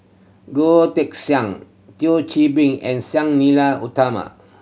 Goh Teck Sian Thio Chan Bee and Sang Nila Utama